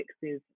fixes